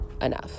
enough